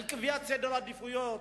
על קביעת סדר עדיפויות,